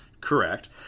Correct